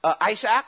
Isaac